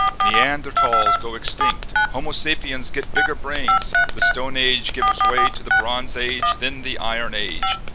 neanderthals go extinct, homo sapiens get bigger brains, the stone age gives way to the bronze age then the iron age.